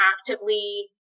actively